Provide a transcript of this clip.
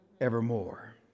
evermore